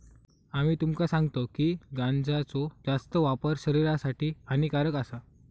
आम्ही तुमका सांगतव की गांजाचो जास्त वापर शरीरासाठी हानिकारक आसा